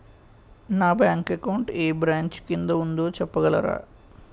నా bank account ఏ branch కిందా ఉందో చెప్పగలరా?